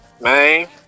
man